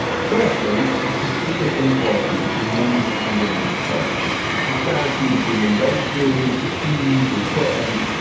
firstly, is this persistent inequality between men's and women's pro cycling. disparity between the races, the teams, the equipment,